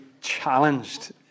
challenged